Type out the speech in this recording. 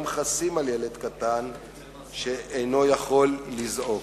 חסים על ילד קטן שאינו יכול לזעוק,